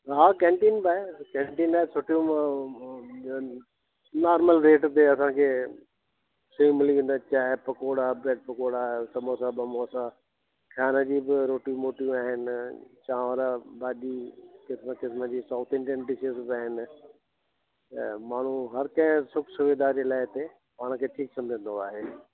हा कैंटीन बि आहे कैंटीन बि आहे सुठियूं नार्मल रेट ते असांखे सही मिली वेंदो आहे चांहिं पकोड़ा ब्रैड पकोड़ा समोसा वमोसा खाइण जी बि रोटियूं मोटियूं मिली वेंदियूं आहिनि चांवर भाजी किस्म किस्म जी साउथ इंडियन बि आइन ऐं माण्हू हर कंहिं सुख सुविधा जे लाए हिते पाण खे ठीकु सम्झंदो आहे